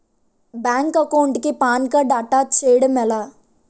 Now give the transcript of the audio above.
Bank account కి PAN card attach చేయడం ఎలా?